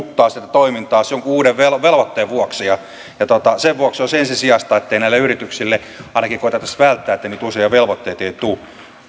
toimintaansa jonkun uuden velvoitteen vuoksi sen vuoksi olisi ensisijaista että ainakin koetettaisiin välttää ettei näille yrityksille niitä uusia velvoitteita tule